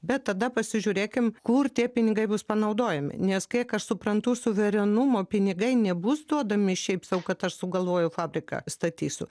bet tada pasižiūrėkim kur tie pinigai bus panaudojami nes kiek aš suprantu suverenumo pinigai nebus duodami šiaip sau kad aš sugalvojau fabriką statysiu